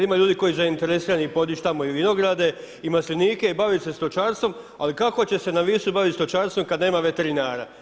Ima ljudi koji su zainteresirani podić tamo i vinograde i maslenike i bavit se stočarstvom, ali kako će se na Visu bavit stočarstvom kad nema veterinara?